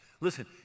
Listen